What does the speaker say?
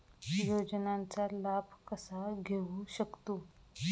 योजनांचा लाभ कसा घेऊ शकतू?